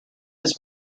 was